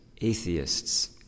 atheists